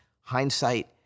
Hindsight